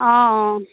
অঁ অঁ